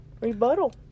rebuttal